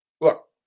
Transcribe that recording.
Look